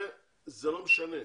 זה לא משנה.